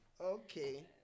okay